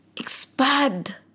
Expand